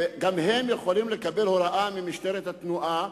גם הם יכולים לקבל הוראה ממשטרת התנועה,